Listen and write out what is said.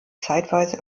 zeitweise